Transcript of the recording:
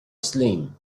slim